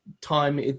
time